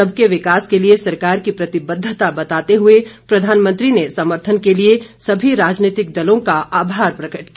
सबके विकास के लिए सरकार की प्रतिबद्वता बताते हुए प्रधानमंत्री ने समर्थन के लिए सभी राजनीतिक दलों का आभार प्रकट किया